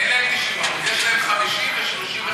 אין להם 90%. יש להם 50% ו-35%.